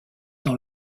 dans